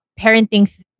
parenting